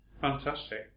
Fantastic